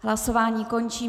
Hlasování končím.